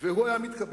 והוא היה מתקבל.